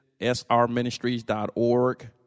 srministries.org